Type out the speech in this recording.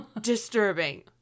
Disturbing